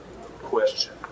question